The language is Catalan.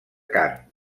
cant